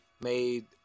Made